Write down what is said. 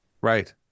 Right